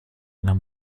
einer